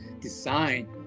design